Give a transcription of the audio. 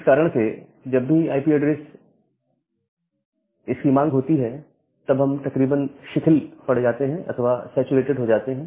इस कारण से जब भी आईपी ऐड्रेस इसकी मांग होती है तब हम तकरीबन शिथिल पड़ जाते हैं अथवा सैचुरेटेड हो जाते हैं